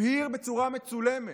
הבהיר בצורה מצולמת.